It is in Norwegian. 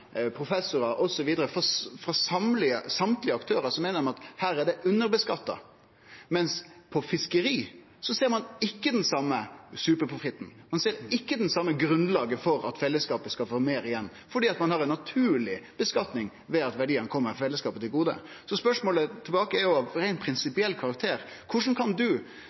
professorar osv. – meiner at her er det underskattlagt. Men når det gjeld fiskeri, ser ein ikkje den same superprofitten. Ein ser ikkje det same grunnlaget for at fellesskapet skal få meir igjen, fordi ein har ei naturleg skattlegging ved at verdiane kjem fellesskapet til gode. Så spørsmålet tilbake er av reint prinsipiell karakter: Korleis kan